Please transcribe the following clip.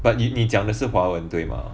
but you 你讲的是华文对吗